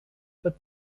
but